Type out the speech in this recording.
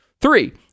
Three